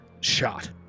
shot